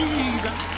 Jesus